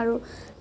আৰু